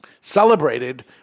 celebrated